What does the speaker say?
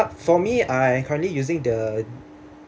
but for me I currently using the